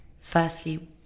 firstly